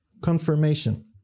confirmation